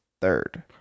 third